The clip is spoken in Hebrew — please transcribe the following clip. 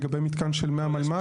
לגבי מתקן של מי המלמ"ב?